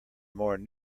more